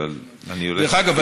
דרך אגב,